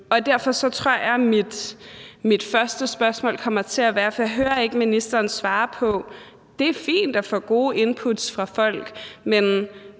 Derfor tror jeg, at mit første spørgsmål kommer til at være det her, for jeg hører ikke ministeren svare: Det er fint at få gode inputs fra folk, men